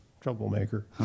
troublemaker